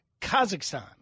Kazakhstan